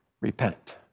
Repent